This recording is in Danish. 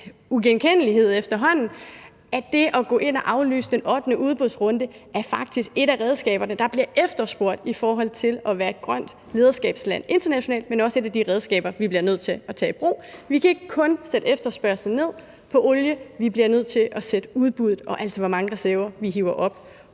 til hudløshed efterhånden, nemlig at det at gå ind og aflyse den ottende udbudsrunde faktisk er et af redskaberne, der bliver efterspurgt i forhold til at være et grønt lederskabsland internationalt, men også et af de redskaber, vi bliver nødt til at tage i brug. Vi kan ikke kun sætte efterspørgslen på olie ned, vi bliver nødt til også at sætte udbuddet ned, altså hvor mange reserver vi hiver op.